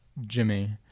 Jimmy